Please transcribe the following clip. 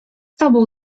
tobą